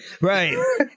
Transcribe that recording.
right